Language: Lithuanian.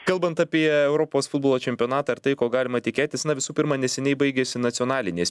kalbant apie europos futbolo čempionatą ar tai ko galima tikėtis na visų pirma neseniai baigėsi nacionalinės